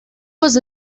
was